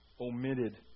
omitted